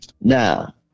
Now